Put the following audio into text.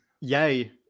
yay